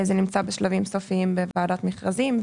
זה נמצא בשלבים סופיים בוועדת מכרזים.